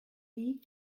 vie